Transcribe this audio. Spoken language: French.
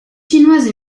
chinoise